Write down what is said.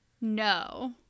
No